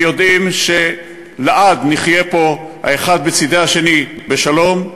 ויודעים שלעד נחיה פה האחד בצד השני בשלום,